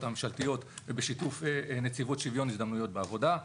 הממשלתיות בשיתוף נציבות שוויון הזדמנויות בעבודה.